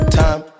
time